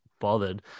bothered